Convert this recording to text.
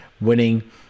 winning